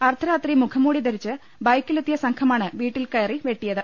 അർദ്ധ രാത്രി മുഖംമൂടി ധരിച്ച് ബൈക്കിൽ എത്തിയ സംഘമാണ് വീട്ടിൽ കയറി വെട്ടിയത്